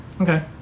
Okay